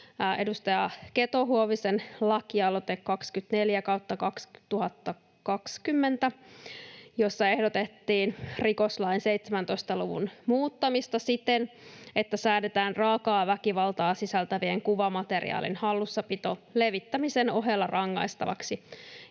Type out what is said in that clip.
edustaja Keto-Huovisen lakialoite 24/2020, jossa ehdotettiin rikoslain 17 luvun muuttamista siten, että säädetään raakaa väkivaltaa sisältävän kuvamateriaalin hallussapito levittämisen ohella rangaistavaksi,